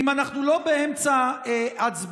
אם אנחנו לא באמצע הצבעה,